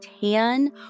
tan